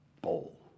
bowl